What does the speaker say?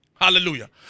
hallelujah